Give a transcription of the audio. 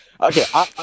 okay